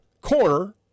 corner